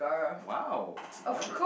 !wow! you got it